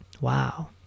Wow